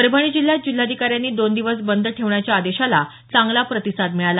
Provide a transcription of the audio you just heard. परभणी जिल्ह्यात जिल्हाधिकाऱ्यांनी दोन दिवस बंद ठेवण्याच्या आदेशाला चांगला प्रतिसाद मिळाला